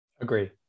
Agree